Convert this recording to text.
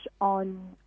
on